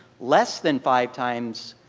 less than five times.